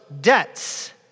debts